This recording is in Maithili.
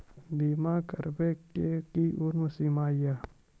बीमा करबे के कि उम्र सीमा या?